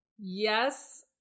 yes